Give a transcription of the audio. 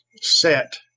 set